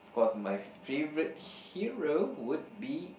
of cause my favourite hero would be